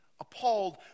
appalled